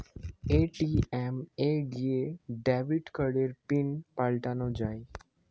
ATM এ গিয়ে debit কার্ডের পিন পাল্টানো যায়